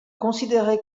considérée